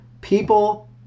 people